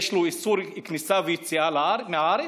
יש לו איסור כניסה, ויציאה מהארץ,